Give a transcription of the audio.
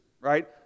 right